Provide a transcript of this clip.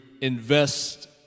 invest